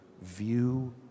view